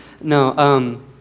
No